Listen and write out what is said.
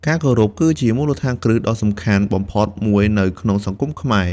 ការគោរពគឺជាមូលដ្ឋានគ្រឹះដ៏សំខាន់បំផុតមួយនៅក្នុងសង្គមខ្មែរ។